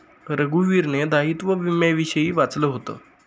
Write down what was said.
रघुवीरने दायित्व विम्याविषयी वाचलं होतं